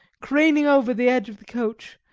craning over the edge of the coach,